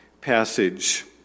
passage